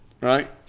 right